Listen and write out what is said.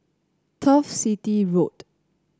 Turf City Road